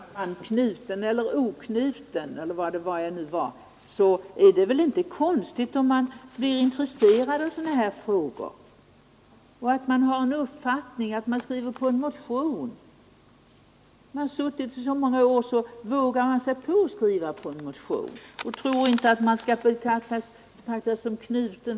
Herr talman! Knuten eller oknuten — vilket det nu var herr Karlsson i Huskvarna sade att jag var — är det väl inte så konstigt om man blir intresserad av sådana här frågor, att man får en uppfattning och att man skriver under en motion. Om man har suttit i riksdagen så många år som jag, så vågar man skriva under en motion utan att fördenskull behöva betraktas som knuten.